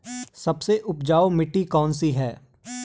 सबसे उपजाऊ मिट्टी कौन सी है?